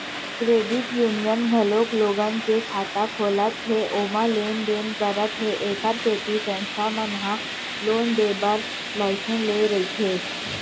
credit union घलोक लोगन के खाता खोलत हे ओमा लेन देन करत हे एखरे सेती संस्था मन ह लोन देय बर लाइसेंस लेय रहिथे